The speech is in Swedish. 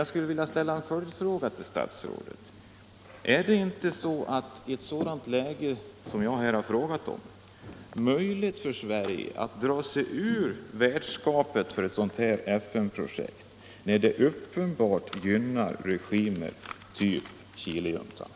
Jag skulle då vilja ställa en följdfråga till statsrådet: Är det inte möjligt för Sverige att avsäga sig värdskapet för ett sådant här FN-projekt när man upptäcker att det uppenbarligen gynnar regimer av typ Chilejuntan?